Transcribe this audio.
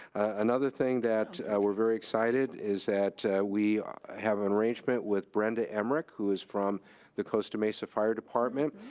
another thing that we're very excited is that we have an arrangement with brenda emrick, who is from the costa mesa fire department,